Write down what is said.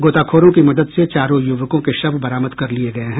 गोताखोरों की मदद से चारों युवकों के शव बरामद कर लिये गये हैं